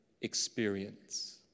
experience